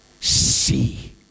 see